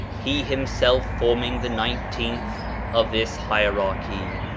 he himself forming the nineteenth of this hierachy.